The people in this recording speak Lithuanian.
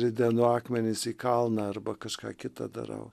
ridenu akmenis į kalną arba kažką kita darau